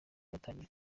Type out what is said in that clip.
yatangiye